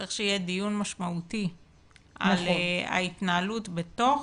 צריך שיהיה דיון משמעותי על ההתנהלות בתוך,